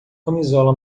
camisola